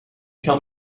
tell